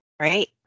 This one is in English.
Right